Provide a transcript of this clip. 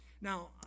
Now